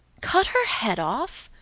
cut her head off!